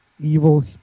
evil